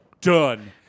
done